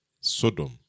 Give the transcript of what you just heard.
Sodom